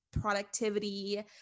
productivity